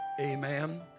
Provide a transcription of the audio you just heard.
Amen